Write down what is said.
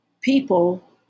people